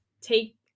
take